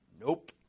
Nope